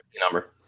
number